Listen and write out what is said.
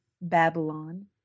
Babylon